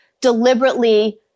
deliberately